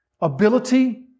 ability